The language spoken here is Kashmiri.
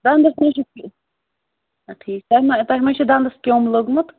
ودَنٛدَس ما چھُو کینٛہہ ٹھیٖک تۄہہِ ما تۄہہِ ما چھُو دَنٛدَس کیوٚم لوٚگمُت